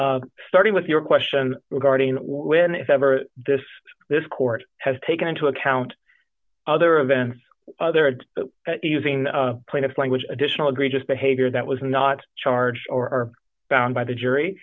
hear starting with your question regarding when if ever this this court has taken into account other events other words using plaintiff's language additional greatest behavior that was not charged or found by the jury